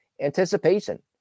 anticipation